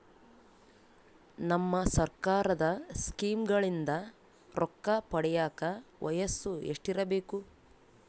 ನಮ್ಮ ಸರ್ಕಾರದ ಸ್ಕೀಮ್ಗಳಿಂದ ರೊಕ್ಕ ಪಡಿಯಕ ವಯಸ್ಸು ಎಷ್ಟಿರಬೇಕು?